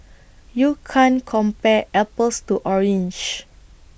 you can't compare apples to oranges